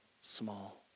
small